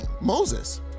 Moses